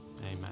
Amen